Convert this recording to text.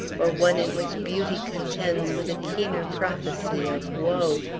or one in which beauty contends with a keener prophecy of woe?